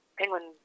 penguin